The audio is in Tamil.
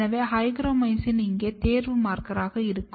எனவே ஹைக்ரோமைசின் இங்கே தேர்வு மார்க்கராக இருக்கும்